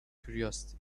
curiosity